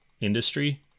industry